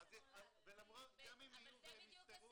זה בדיוק הסיפור.